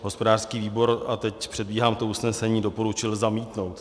Hospodářský výbor, a teď předbíhám to usnesení, doporučil zamítnout.